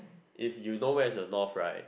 if you know where is the north right